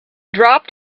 dropped